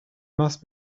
must